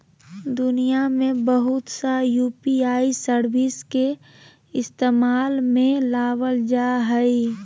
दुनिया में बहुत सा यू.पी.आई सर्विस के इस्तेमाल में लाबल जा हइ